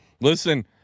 Listen